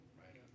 right